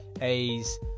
A's